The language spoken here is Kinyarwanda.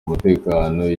umutekano